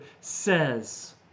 says